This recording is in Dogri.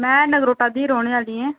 मैं नगरोटे दी रौह्ने आहली आं